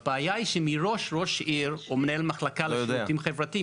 הבעיה היא שמראש ראש עיר או מנהל מחלקה לשירותים חברתיים